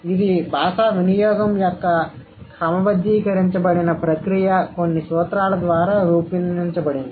ఇది భాషా వినియోగం యొక్క క్రమబద్దీకరించబడిన ప్రక్రియ కొన్ని సూత్రాల ద్వారా రూపొందించబడింది